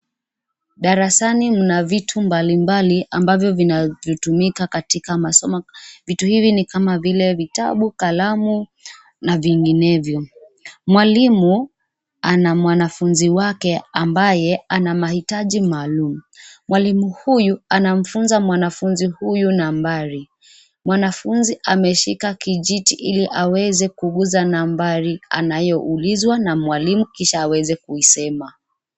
Darasani mna vitu mbalimbali ambavyo vinavyotumika katika masomo, vitu hivi kama vile vitabu, kalamu na vinginevyo. Mwalimu ana mwanafunzi wake ambaye ana mahitaji maalum, mwalimu huyu anamfunzi mwanafunzi huyu nambari, mwanafunzi ameshika kijiti ili aweze kuguza nambari anayo ulizwa na mwalimu Kisha aweze kuisema.